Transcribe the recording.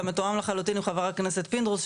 אתה מתואם לחלוטין עם חבר הכנסת פינדרוס,